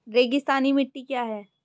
रेगिस्तानी मिट्टी क्या है?